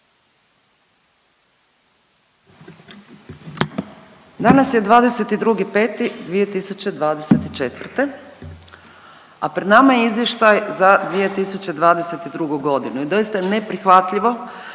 Danas je 22.5.2024., a pred nama je izvještaj za 2022. godinu i doista je neprihvatljivo